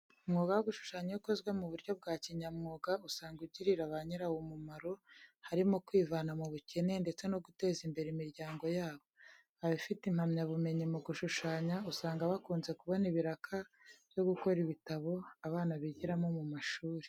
Umwuga wo gushushanya iyo ukozwe mu buryo bwa kinyamwuga usanga ugirira ba nyirawo umumaro, harimo kwivana mu bukene ndetse no guteza imbere imiryango yabo. Abafite impamyabumenyi mu gushushanya, usanga bakunze kubona ibiraka byo gukora ibitabo abana bigiramo ku mashuri.